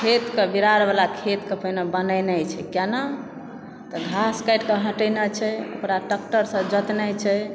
खेतकऽ बिरारवला खेतकऽ पहिने बनेनाइ छै केना तऽ घास काटिके हटेनाइ छै ओकरा ट्रेक्टरसँ जोतनाइ छै